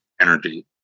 energy